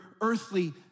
earthly